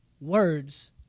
words